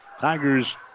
Tigers